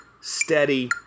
steady